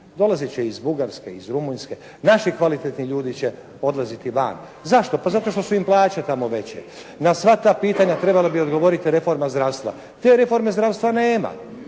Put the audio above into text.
Dolazit će iz Bugarske, iz Rumunjske. Naši kvalitetni ljudi će odlaziti van. Zašto? Pa zato što su im plaće tamo veće. Na sva ta pitanja trebala bi odgovoriti reforma zdravstva. Te reforme zdravstva nema.